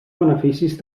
beneficis